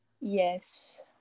Yes